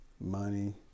money